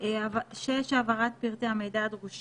לפנות למשרד הבריאות בבקשה לבחינה חוזרת של הנתונים שעל